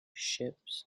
ships